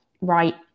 right